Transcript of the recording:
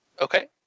Okay